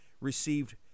received